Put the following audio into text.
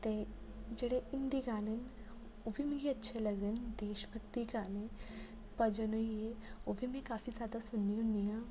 ते जेह्ड़े हिन्दी गाने न ओह् बी मिगी अच्छे लगदे न देश भक्ति गाने भजन होइयै ओह् बी में काफी जादा सुननी होनी आ